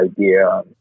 idea